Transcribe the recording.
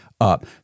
up